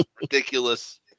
Ridiculous